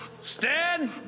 Stand